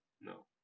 No